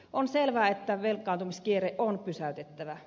on selvää että velkaantumiskierre on pysäytettävä